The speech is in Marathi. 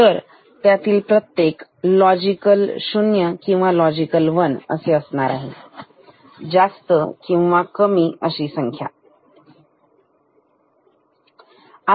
तर त्यातील प्रत्येक लॉजिकल शून्य किंवा लॉजिकल 1 जास्त किंवा कमी अशा संख्या घेईल